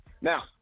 Now